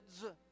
kids